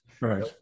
right